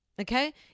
okay